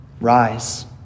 Rise